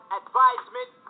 advisement